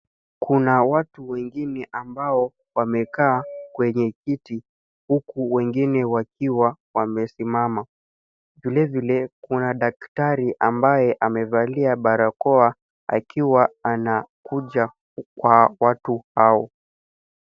Kuna watu wengine ambao wamekaa kwenye kiti, huku wengine wakiwa wamesimama. Vile vile kuna daktari ambaye amevalia barakoa, akiwa anakuja kwa watu hao.